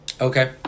Okay